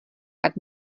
tak